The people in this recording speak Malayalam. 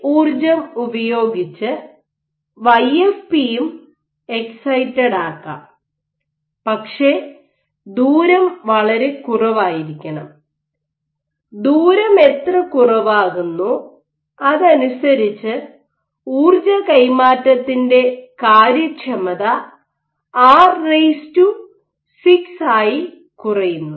ഈ ഊർജ്ജം ഉപയോഗിച്ച് വൈഎഫ്പി യും എക്സൈറ്റഡാക്കാം പക്ഷേ ദൂരം വളരെ കുറവായിരിക്കണം ദൂരം എത്ര കുറവാകുന്നോ അതനുസരിച്ച് ഊർജ്ജ കൈമാറ്റത്തിന്റെ കാര്യക്ഷമത r6 ആയി കുറയുന്നു